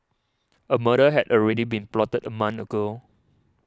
a murder had already been plotted a month ago